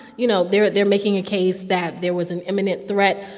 you know, they're they're making a case that there was an imminent threat.